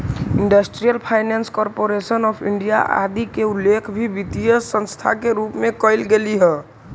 industrial finance corporation of India आदि के उल्लेख भी वित्तीय संस्था के रूप में कैल गेले हइ